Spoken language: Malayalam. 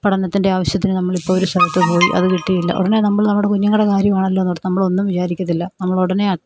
പഠനത്തിൻ്റെ ആവശ്യത്തിന് നമ്മളിപ്പോൾ ഒരു സ്ഥലത്തുപോയി അത് കിട്ടിയില്ല ഉടനെ നമ്മൾ നമ്മുടെ കുഞ്ഞുങ്ങളുടെ കാര്യമാണല്ലോയെന്നോർത്ത് നമ്മളൊന്നും വിചാരിക്കത്തില്ല നമ്മളുടനെ